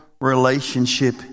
relationship